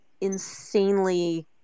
insanely